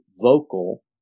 vocal